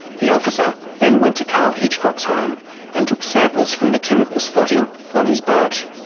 the officer then went to karl hitchcock's home and took samples from the chemical spotting on his boat.